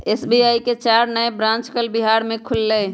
SBI के चार नए ब्रांच कल बिहार में खुलय